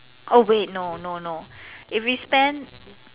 oh wait no no no if we spend